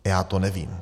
Já to nevím.